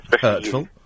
Hurtful